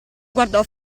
guardò